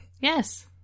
Yes